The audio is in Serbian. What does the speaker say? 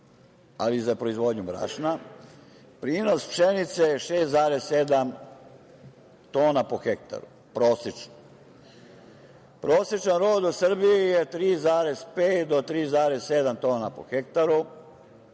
ali i za proizvodnju brašna, prinos pšenice je 6,7 tona po hektaru, prosečno. Prosečan rod u Srbiji je 3,5 do 3,7 tona po hektaru,